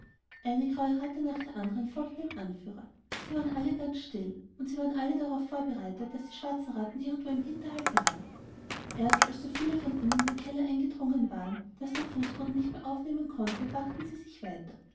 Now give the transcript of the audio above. eine graue ratte nach der andern folgte dem anführer sie waren alle ganz still undsiewarenalledaraufvorbereitet daßdieschwarzenrattenirgendwo im hinterhalt lagen erst als so viele von ihnen in den keller eingedrungen waren daß der fußboden nicht mehr aufnehmen konnte wagten sie sich weiter